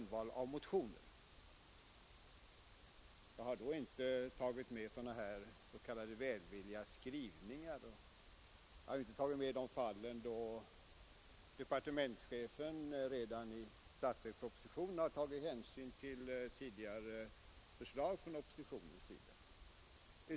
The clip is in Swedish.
Då har jag inte tagit med s.k. välvilliga skrivningar och inte heller sådana fall där departementschefen redan i statsverkspropositionen har tagit hänsyn till tidigare förslag från oppositionen.